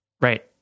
Right